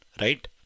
right